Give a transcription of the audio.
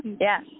Yes